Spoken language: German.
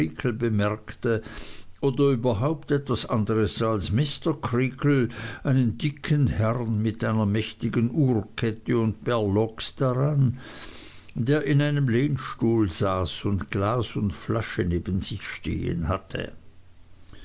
bemerkte oder überhaupt etwas anderes sah als mr creakle einen dicken herrn mit einer mächtigen uhrkette und berloques daran der in einem lehnstuhl saß und glas und flasche neben sich stehen hatte